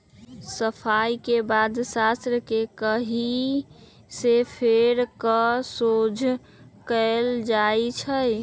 सफाई के बाद सन्न के ककहि से फेर कऽ सोझ कएल जाइ छइ